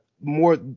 more